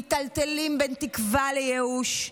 מיטלטלים בין תקווה לייאוש.